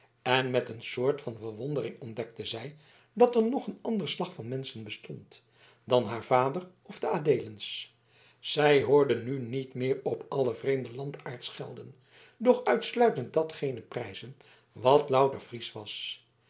en met een soort van verwondering ontdekte zij dat er nog een ander slag van menschen bestond dan haar vader of de adeelens zij hoorde nu niet meer op allen vreemden landaard schelden noch uitsluitend datgene prijzen wat louter friesch was